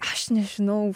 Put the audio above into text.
aš nežinau